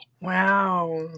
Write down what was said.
Wow